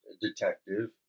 detective